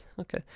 Okay